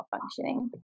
functioning